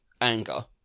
anger